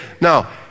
now